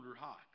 hot